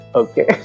okay